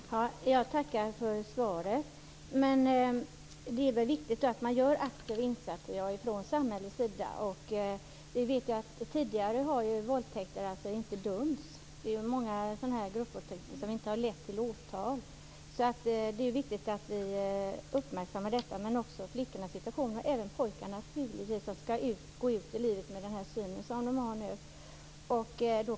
Herr talman! Jag tackar för svaret. Men det är viktigt att man gör aktiva insatser från samhällets sida. Tidigare har det ju inte utdömts något straff för våldtäkterna. Det är många gruppvåldtäkter som inte har lett till åtal. Det är viktigt att vi uppmärksammar detta, liksom det är viktigt att vi uppmärksammar flickornas och även pojkarnas situation. Pojkarna skall ju senare gå ut i livet med det synsätt som de har nu.